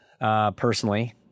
Personally